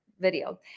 video